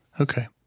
Okay